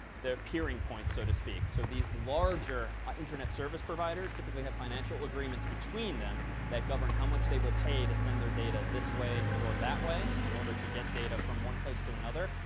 they're peering points, so to speak. so these larger internet service providers typically have financial agreements agreements between them that govern how much they will pay to send their data this way or that way in order to get data from one place to another.